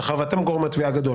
מאחר ואתם גורם התביעה הגדול.